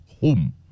home